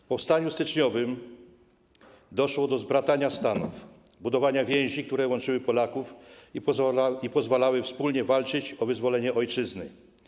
W powstaniu styczniowym doszło do zbratania stanów, budowania więzi, które łączyły Polaków i pozwalały wspólnie walczyć o wyzwolenie ojczyzny.